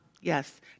Yes